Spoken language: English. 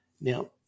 Now